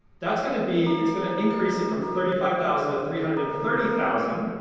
that's gonna be. it's gonna increase it from thirty five thousand to three hundred and thirty thousand.